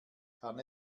kann